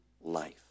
life